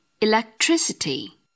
electricity